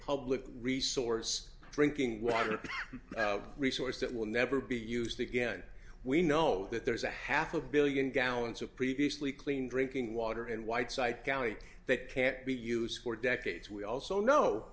public resource drinking water resource that will never be used again we know that there's a half a billion gallons of previously clean drinking water and whiteside county that can't be used for decades we also know